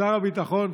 לשר הביטחון.